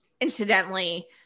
incidentally